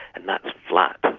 and that's flat,